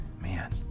man